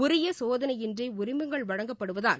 உரிய சோதனையின்றி உரிமங்கள் வழங்கப்படுவதால்